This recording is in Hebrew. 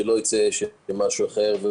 ושלא יצא משהו אחר.